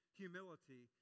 humility